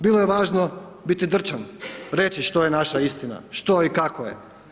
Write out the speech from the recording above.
Bilo je važno biti drčan, reći što je naša istina, što i kako je.